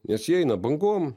nes jie eina bangom